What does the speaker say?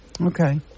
Okay